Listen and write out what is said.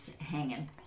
hanging